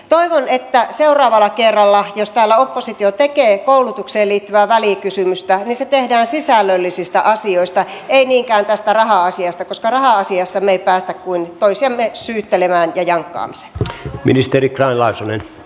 toivon että seuraavalla kerralla jos täällä oppositio tekee koulutukseen liittyvää välikysymystä se tehdään sisällöllisistä asioista ei niinkään tästä raha asiasta koska raha asiassa me emme pääse kuin toisiamme syyttelemään ja jankkaamiseen